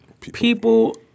People